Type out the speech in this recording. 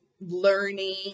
learning